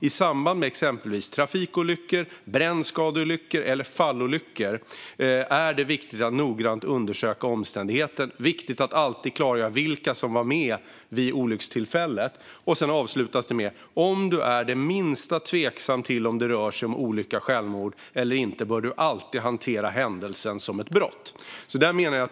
I samband med exempelvis trafikolyckor, brännskadeolyckor eller fallolyckor är det viktigt att noggrant undersöka omständigheter. Det är viktigt att alltid klargöra vilka som var med vid olyckstillfället. Sedan avslutas det med: Om du är det minsta tveksam till om det rör sig om olycka, självmord eller inte bör du alltid hantera händelsen som ett brott.